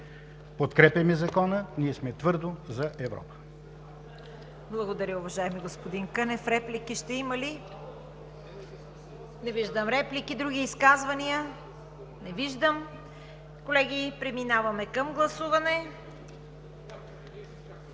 Подкрепяме Закона, ние сме твърдо за Европа.